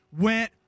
went